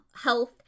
health